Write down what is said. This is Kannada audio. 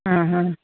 ಹಾಂ ಹಾಂ